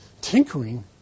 Tinkering